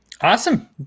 Awesome